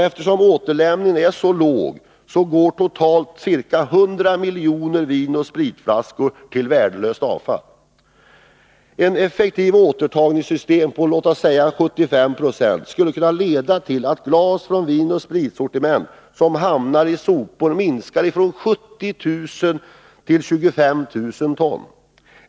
Eftersom återlämningen är så låg blir totalt ca 100 miljoner vinoch spritflaskor till värdelöst avfall. Ett effektivt återtagningssystem — låt oss räkna med en 75-procentig effektivitet — skulle kunna leda till att det glas från vinoch spritsortimentet som hamnar i sopor minskar från 70 000 till 25 000 ton.